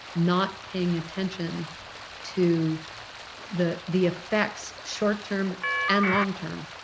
not paying attention to the the effects, short-term and long-term,